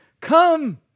come